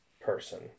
person